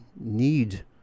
need